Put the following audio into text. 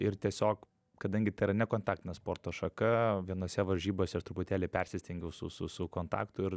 ir tiesiog kadangi tai yra nekontaktinė sporto šaka vienose varžybose aš truputėlį persistengiau su su su kontaktu ir